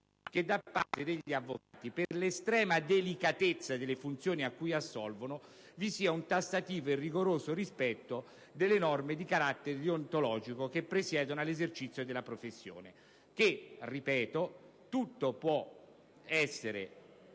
che da parte degli avvocati, per l'estrema delicatezza delle funzioni a cui assolvono, vi sia un tassativo e rigoroso rispetto delle norme di carattere deontologico che presiedono all'esercizio della professione. Ripeto: tutto può essere